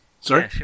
Sorry